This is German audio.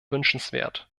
wünschenswert